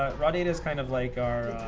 raw data is kind of like